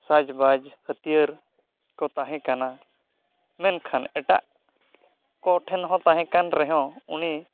ᱥᱟᱡᱽ ᱵᱟᱡᱽ ᱦᱟᱹᱛᱭᱟᱹᱨ ᱠᱚ ᱛᱟᱦᱮᱸ ᱠᱟᱱᱟ ᱢᱮᱱᱠᱷᱟᱱ ᱮᱴᱟᱜ ᱠᱚᱴᱷᱮᱱ ᱦᱚᱸ ᱛᱟᱦᱮᱸ ᱠᱟᱱ ᱨᱮᱦᱚᱸ ᱩᱱᱤ